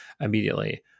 immediately